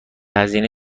هزینه